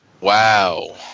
wow